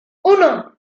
uno